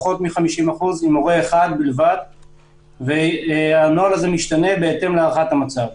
אבל הנוהל הזה משתנה בהתאם להערכת המצב.